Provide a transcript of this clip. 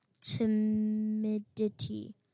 timidity